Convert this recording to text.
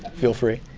feel free.